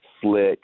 slick